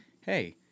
hey –